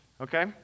Okay